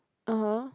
(uh huh)